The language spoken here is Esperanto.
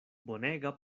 bonega